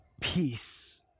peace